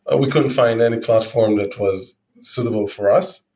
ah we couldn't find any platform that was suitable for us,